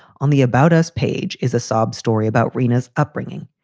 on the about us page is a sob story about reena's upbringing.